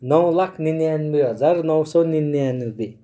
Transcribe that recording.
नौ लाख निनानबे हजार नौ सौ निनानबे